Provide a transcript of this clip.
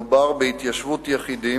מדובר בהתיישבות יחידים,